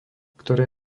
ktoré